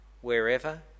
wherever